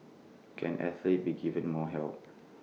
can athletes be given more help